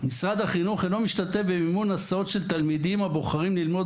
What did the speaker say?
פה שמשרד החינוך אינו משתתף במימון הסעות של תלמידים הבוחרים ללמוד